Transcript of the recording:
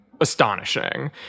astonishing